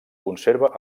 conserva